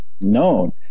known